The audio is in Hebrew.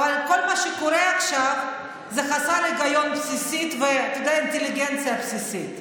אבל כל מה שקורה עכשיו זה חוסר היגיון בסיסי וגם אינטליגנציה בסיסית.